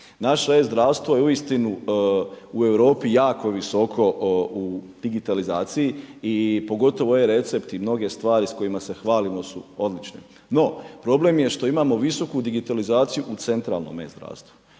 Naše e-zdravstvo je uistinu u Europi jako visoko u digitalizaciji i pogotovo e-recepti, mnoge stvari s kojima se hvalimo su odlične. No, problem je što imamo visoku digitalizaciju u centralnom e-zdravstvu.